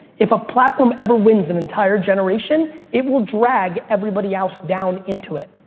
if a platform ever wins an entire generation it will drag everybody else down into it.